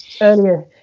Earlier